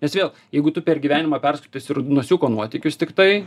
nes vėl jeigu tu per gyvenimą perskaitysi rudnosiuko nuotykius tiktai